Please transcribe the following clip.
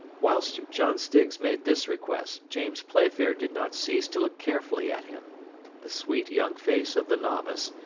whilst john stiggs made this request, james playfair did not cease to look carefully at him the sweet young face of the novice,